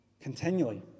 continually